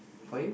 for you